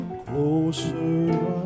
closer